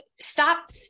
stop